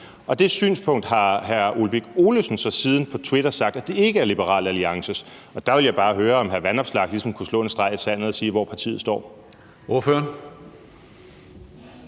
ud. Det synspunkt har hr. Ole Birk Olesen så siden på Twitter sagt ikke er Liberal Alliances. Der vil jeg bare høre, om hr. Alex Vanopslagh ligesom kunne slå en streg i sandet og sige, hvor partiet står. Kl.